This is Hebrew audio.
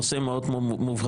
נושא מאוד מובהק,